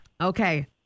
Okay